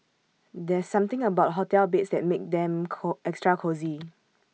there's something about hotel beds that makes them call extra cosy